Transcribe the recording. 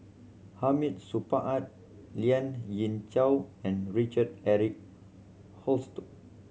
Hamid Supaat Lien Ying Chow and Richard Eric Holttum